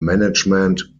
management